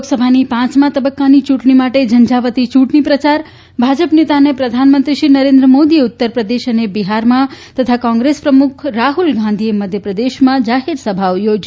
લોકસભાની પાંચમા તબક્કાની ચૂંટણી માટે ઝંઝાવાતી ચૂંટણીપ્રચાર ભાજપનેતા અને પ્રધાનમંત્રીશ્રી નરેન્દ્ર મોદીએ ઉત્તરપ્રદેશ અને બિહારમાં તથા કોંગ્રેસ પ્રમુખ રાહુલ ગાંધીએ મધ્યપ્રદેશમાં જાહેરસભાઓ યોજી